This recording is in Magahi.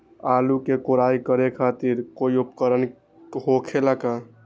आलू के कोराई करे खातिर कोई उपकरण हो खेला का?